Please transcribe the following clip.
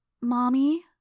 Mommy